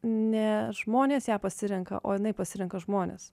ne žmonės ją pasirenka o jinai pasirenka žmones